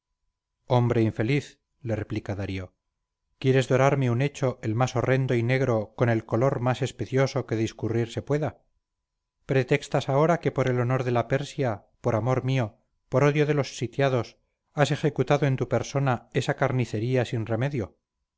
hombre infeliz le replica darío quieres dorarme un hecho el más horrendo y negro con el color más especioso que discurrirse pueda pretextas ahora que por el honor de la persia por amor mío por odio de los sitiados has ejecutado en tu persona esa carnicería sin remedio